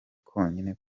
konyine